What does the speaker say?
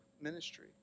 ministry